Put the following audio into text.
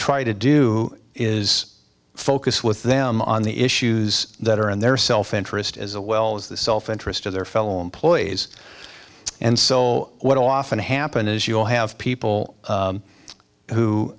try to do is focus with them on the issues that are in their self interest as a well as the self interest of their fellow employees and so what often happen is you'll have people